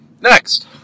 Next